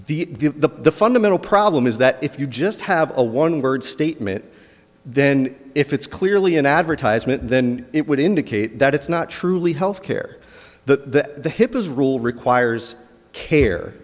the the fundamental problem is that if you just have a one word statement then if it's clearly an advertisement then it would indicate that it's not truly health care that the hip is rule requires care